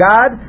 God